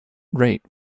rate